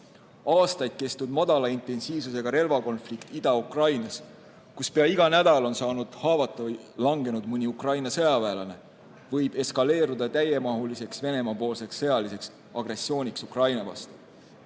Aastaid kestnud madala intensiivsusega relvakonflikt Ida-Ukrainas, kus pea iga nädal on saanud haavata või langenud mõni Ukraina sõjaväelane, võib eskaleeruda Venemaa täiemahuliseks sõjaliseks agressiooniks Ukraina vastu.